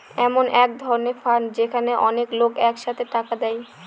এমন এক ধরনের ফান্ড যেখানে অনেক লোক এক সাথে টাকা দেয়